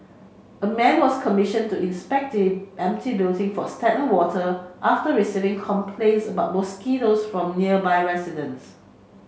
a man was commissioned to inspect the empty building for stagnant water after receiving complaints about mosquitoes from nearby residents